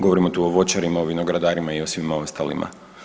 Govorimo tu o voćarima, o vinogradarima i o svima ostalima.